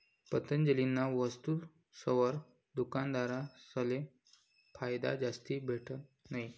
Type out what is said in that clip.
पतंजलीना वस्तुसवर दुकानदारसले फायदा जास्ती भेटत नयी